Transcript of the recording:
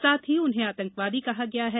साथ ही उन्हें आतंकवादी कहा गया है